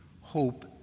Hope